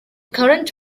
current